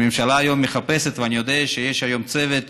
והממשלה היום מחפשת, אני יודע שיש היום צוות